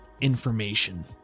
information